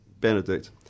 Benedict